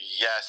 Yes